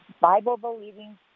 Bible-believing